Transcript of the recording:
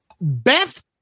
Beth